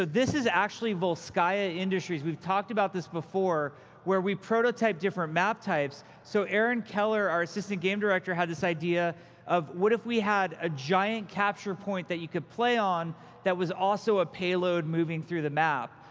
ah this is actually volskaya industries we've talked about this before where we prototype different map types. so aaron keller, our assistant game director, had this idea of, what if we had a giant capture point that you could play on that was also a payload moving through the map?